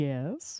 Yes